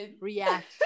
React